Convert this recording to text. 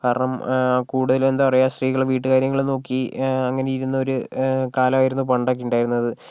കാരണം കൂടുതൽ എന്താ പറയുക സ്ത്രീകൾ വീട്ടുകാര്യങ്ങൾ നോക്കി അങ്ങനെ ഇരുന്ന ഒരു കാലമായിരുന്നു പണ്ടൊക്കെ ഉണ്ടായിരുന്നത്